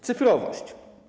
Cyfrowość.